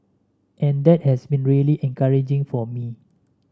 and that has been really encouraging for me